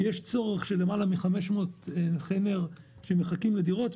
כי יש צורך של יותר מ-500 נכי נ"ר שמחכים לדירות,